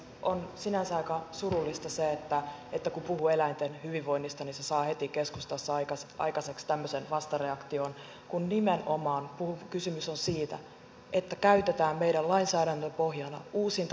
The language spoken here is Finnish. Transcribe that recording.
on sinänsä aika surullista se että kun puhuu eläinten hyvinvoinnista niin se saa heti keskustassa aikaiseksi tämmöisen vastareaktion kun nimenomaan kysymys on siitä että käytetään meidän lainsäädäntöpohjanamme uusinta tutkimustietoa